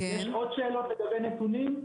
יש לכם עוד שאלות לגבי נתונים?